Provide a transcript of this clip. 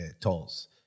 tolls